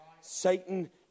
Satan